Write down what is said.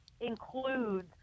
includes